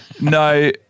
No